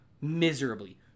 miserably